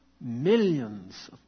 millions